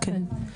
אז כן.